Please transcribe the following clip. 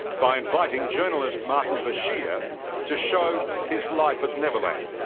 by inviting journalists martin bashir to show his life at neverland.